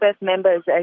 members